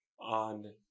on